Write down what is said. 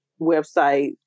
website